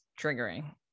triggering